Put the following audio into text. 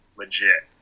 legit